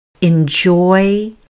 Enjoy